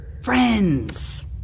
Friends